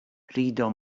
rido